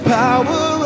power